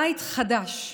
בית חדש,